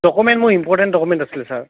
document মোৰ important document আছিলে sir